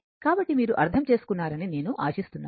కాబట్టి మీరు అర్థం చేసుకున్నారని నేను ఆశిస్తున్నాను